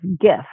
gift